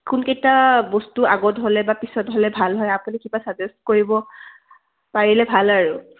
কোনকেইটা বস্তু আগত হ'লে বা পিছত হ'লে ভাল হয় আপুনি কিবা চাজেষ্ট কৰিব পাৰিলে ভাল আৰু